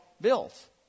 bills